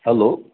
hello